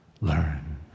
learn